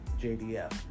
JDF